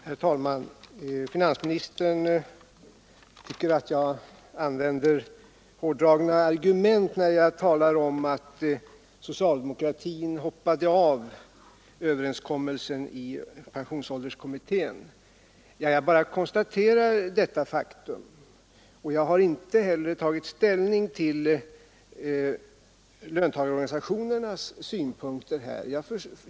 Herr talman! Finansministern tyckte att jag använde hårdragna argument när jag talade om att socialdemokratin hade hoppat av överenskommelsen i pensionsålderskommittén, men jag konstaterade bara faktum. Och jag har inte tagit ställning till löntagarorganisationernas synpunkter.